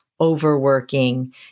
overworking